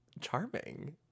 charming